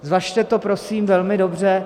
Zvažte to, prosím, velmi dobře.